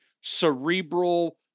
cerebral